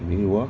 没有啊